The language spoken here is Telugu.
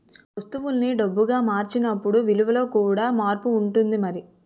వస్తువుల్ని డబ్బుగా మార్చినప్పుడు విలువలో కూడా మార్పు ఉంటుంది మరి